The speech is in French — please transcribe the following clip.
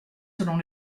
selon